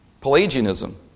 Pelagianism